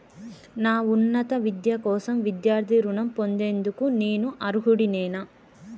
నా ఉన్నత విద్య కోసం విద్యార్థి రుణం పొందేందుకు నేను అర్హుడినేనా?